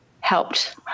helped